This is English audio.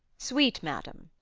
sweet madam.